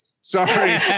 sorry